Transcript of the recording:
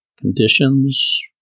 conditions